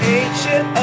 ancient